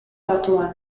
batuan